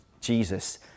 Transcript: Jesus